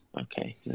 Okay